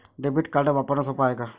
Debit card वापरणं सोप हाय का?